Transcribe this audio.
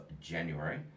January